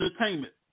Entertainment